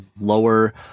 lower